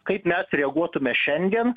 kaip mes reaguotume šiandien